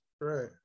Right